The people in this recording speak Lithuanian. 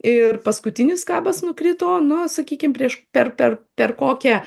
ir paskutinis kabas nukrito nu sakykim prieš per per per kokią